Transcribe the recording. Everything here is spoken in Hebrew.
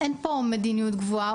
אין פה מדיניות קבועה,